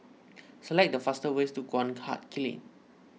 Select the fastest ways to Guan Huat Kiln